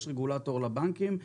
יש רגולטור לבנקים,